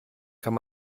kann